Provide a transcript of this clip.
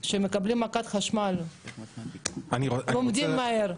כשמקבלים מכת חשמל לומדים מהר.